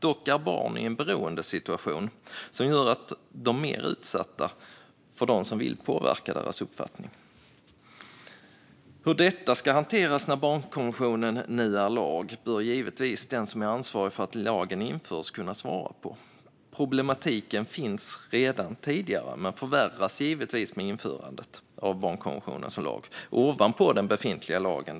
Dock är barn i en beroendesituation som gör att de är mer utsatta för dem som vill påverka deras uppfattningar. Hur detta ska hanteras när barnkonventionen nu är lag bör givetvis den som är ansvarig för att lagen har införts kunna svara på. Problematiken finns sedan tidigare men förvärras givetvis i och med införandet av barnkonventionen som lag, dessutom ovanpå den befintliga lagen.